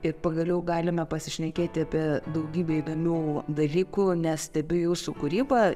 ir pagaliau galime pasišnekėti apie daugybę įdomių dalykų nes stebiu jūsų kūrybą